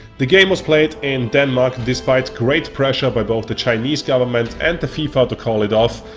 the game was played in denmark, despite great pressure by both the chinese government and the fifa to call it off,